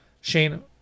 shane